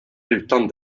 utan